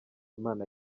imana